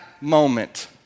moment